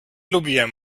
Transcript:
lubiłem